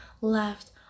left